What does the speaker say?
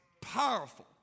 powerful